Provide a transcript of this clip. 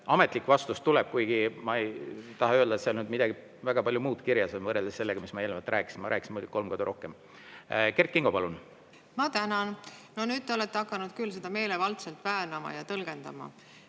ametlik vastus tuleb, kuigi ma ei taha öelda, et seal on midagi väga palju muud kirjas võrreldes sellega, mis ma eelnevalt rääkisin. Ma rääkisin muidugi kolm korda rohkem. Kert Kingo, palun! Ma tänan! Nüüd te olete hakanud küll seda meelevaldselt väänama ja tõlgendama.